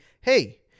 hey